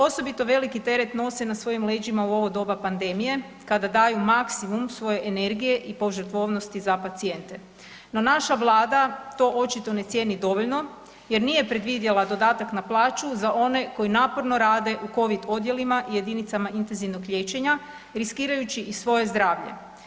Osobito veliki teret nose na svojim leđima u ovo doba pandemije kada daju maksimum svoje energije i požrtvovnosti za pacijente no naša Vlada to očito ne cijeni dovoljno jer nije predvidjela dodatak na plaću za one koji naporno rade u COVID odjelima i jedinicama intenzivnog liječenja riskirajući i svoje zdravlje.